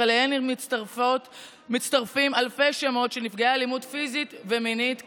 אך אליהן מצטרפים אלפי שמות של נפגעי אלימות פיזית ומינית קשה,